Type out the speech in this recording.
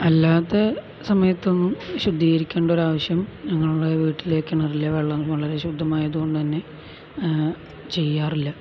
അല്ലാത്ത സമയത്തൊന്നും ശുദ്ധീകരിക്കേണ്ട ഒരാവശ്യം ഞങ്ങളുടെ വീട്ടിലെ കിണറിലെ വെള്ളം വളരെ ശുദ്ധമായതുകൊണ്ടുതന്നെ ചെയ്യാറില്ല